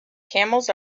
camels